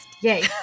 Yay